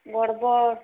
ଗଡ଼ବଡ଼